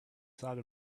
thought